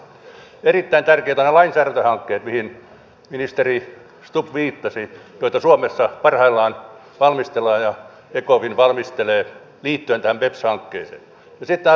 erittäin tärkeitä ovat nämä lainsäädäntöhankkeet mihin ministeri stubb viittasi ja joita suomessa parhaillaan valmistellaan ja joita ecofin valmistelee liittyen tähän beps hankkeeseen